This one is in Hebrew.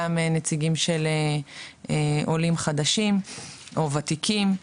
גם נציגים של עולים חדשים או ותיקים.